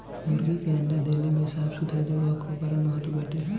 मुर्गी के अंडा देले में साफ़ सुथरा जगह कअ बड़ा महत्व बाटे